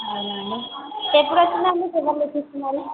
అవునా అండి ఎప్పుడు వచ్చిందండి ఫీవర్ చూపించుకున్నారా